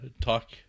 talk